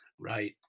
right